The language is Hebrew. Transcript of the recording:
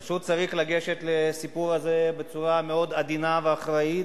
פשוט צריך ללכת לסיפור הזה בצורה מאוד עדינה ואחראית,